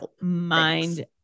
mind